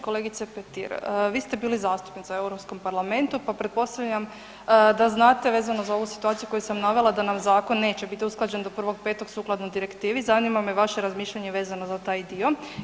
Kolegice Petir, vi ste bili zastupnica u Europskom parlamentu, pa pretpostavljam da znate vezano za ovu situaciju koju sam navela da nam zakon neće biti usklađen do 1. 5. sukladno direktivi, zanima me vaše razmišljanje vezano za taj dio.